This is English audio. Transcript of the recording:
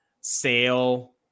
sale